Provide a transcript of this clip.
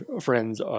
friends